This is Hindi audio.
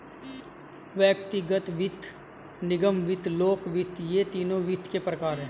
व्यक्तिगत वित्त, निगम वित्त, लोक वित्त ये तीनों वित्त के प्रकार हैं